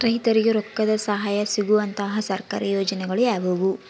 ರೈತರಿಗೆ ರೊಕ್ಕದ ಸಹಾಯ ಸಿಗುವಂತಹ ಸರ್ಕಾರಿ ಯೋಜನೆಗಳು ಯಾವುವು?